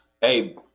hey